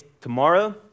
tomorrow